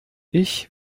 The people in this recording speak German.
ich